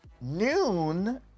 noon